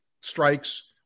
strikes